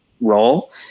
role